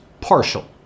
partial